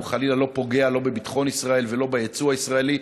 הוא חלילה לא פוגע לא בביטחון ישראל ולא ביצוא הישראלי,